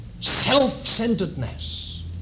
self-centeredness